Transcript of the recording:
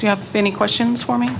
do you have any questions for me